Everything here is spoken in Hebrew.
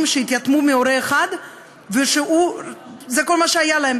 שהתייתמו מהורה אחד וזה כל מה שהיה להם,